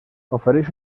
ofereix